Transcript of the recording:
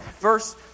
Verse